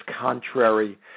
contrary